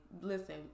Listen